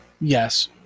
Yes